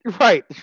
right